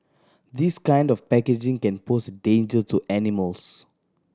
this kind of packaging can pose a danger to animals